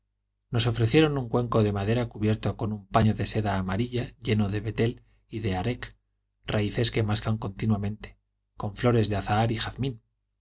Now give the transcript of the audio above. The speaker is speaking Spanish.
nos ofrecieron un cuenco de madera cubierto con un paño de seda amarilla lleno de betel y de arec raíces que mascan continuamente con flores de azahar y jazmín